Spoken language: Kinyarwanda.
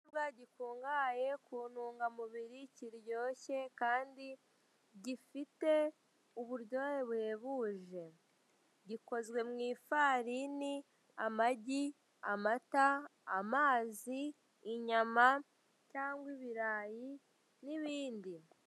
Ikiribwa gikungahaye kuntungamubiri kiryoshye kandi gifite uburyohe buhebuje, gikozwe mu ifarini amagi amata amazi inyama cyangwa ibirayi n'ibindi.